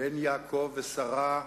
בן יעקב ושרה,